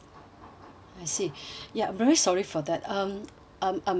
I see ya very sorry for that um I'm I'm I'm